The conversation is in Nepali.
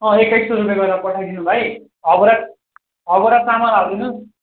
एक्काइस सय रुपे गरेर पठाइदिनु भाइ छ बोरा छ बोरा चामल हालिदिनु